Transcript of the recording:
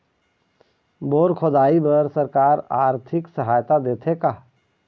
Bore खोदाई बर सरकार आरथिक सहायता देथे का?